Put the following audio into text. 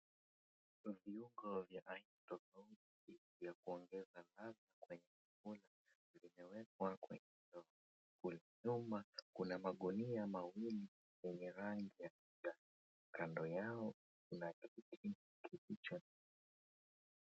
Kuna viungo vya aina tofauti vya kuongeza ladha kwenye chakula kilichowekwa kwenye nyumba, Kuna magunia mawili yenye rangi ya kijani. Kando yao kuna tarakilishi kilicho.